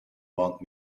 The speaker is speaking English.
want